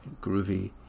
groovy